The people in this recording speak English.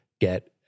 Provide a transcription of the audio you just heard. get